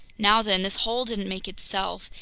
now then, this hole didn't make itself,